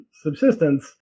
subsistence